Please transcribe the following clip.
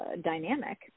dynamic